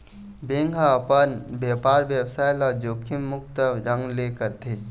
bank ह अपन बेपार बेवसाय ल जोखिम मुक्त ढंग ले करथे